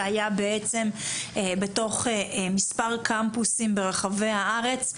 שהיה בעצם בתוך מספר קמפוסים ברחבי הארץ,